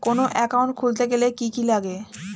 কোন একাউন্ট খুলতে গেলে কি কি লাগে?